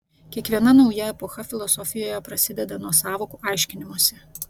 kiekviena nauja epocha filosofijoje prasideda nuo sąvokų aiškinimosi